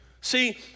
See